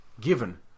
given